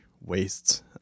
wastes